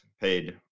paid